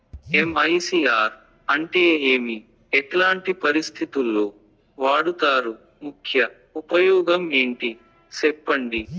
MICR అంటే ఏమి? ఎట్లాంటి పరిస్థితుల్లో వాడుతారు? ముఖ్య ఉపయోగం ఏంటి సెప్పండి?